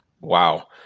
Wow